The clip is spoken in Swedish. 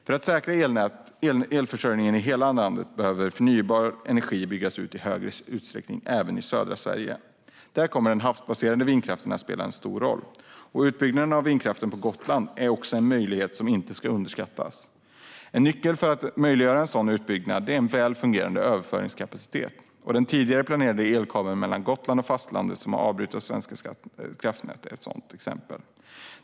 För att säkra elförsörjningen i hela landet behöver förnybar energi byggas ut i högre utsträckning även i södra Sverige. Där kommer den havsbaserade vindkraften att spela en stor roll. Utbyggnaden av vindkraft på Gotland är också en möjlighet som inte ska underskattas. En nyckel för att möjliggöra en sådan utbyggnad är dock en välfungerande överföringskapacitet. Arbetet med den planerade elkabeln mellan Gotland och fastlandet har avbrutits av Svenska kraftnät.